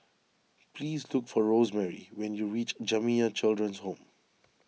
please look for Rosemary when you reach Jamiyah Children's Home